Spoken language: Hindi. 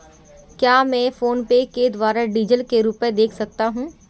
क्या मैं फोनपे के द्वारा डीज़ल के रुपए दे सकता हूं?